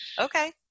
Okay